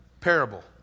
parable